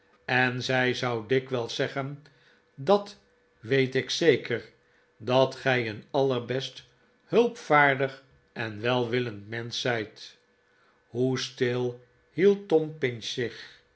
en zij zou dikwijls zeggen dat weet ik zeker dat gij een allerbest hulpvaardig en welwillend mensch zijt hoe stil hield tom pinch zich